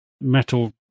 metal